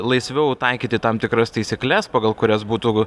laisviau taikyti tam tikras taisykles pagal kurias būtų